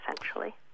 essentially